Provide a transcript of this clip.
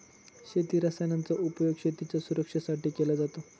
शेती रसायनांचा उपयोग शेतीच्या सुरक्षेसाठी केला जातो